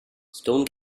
stone